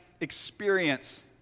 experience